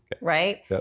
right